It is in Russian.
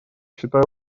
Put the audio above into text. считаю